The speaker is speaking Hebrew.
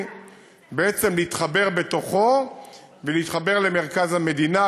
בעצם להתחבר בתוכו ולהתחבר למרכז המדינה,